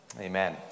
amen